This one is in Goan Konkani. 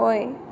होय